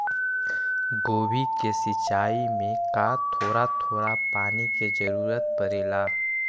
गोभी के सिचाई में का थोड़ा थोड़ा पानी के जरूरत परे ला?